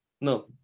no